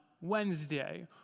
Wednesday